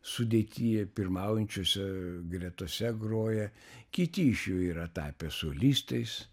sudėtyje pirmaujančiose gretose groja kiti iš jų yra tapę solistais